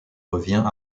revient